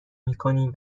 میکنیم